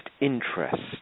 interest